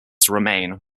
remain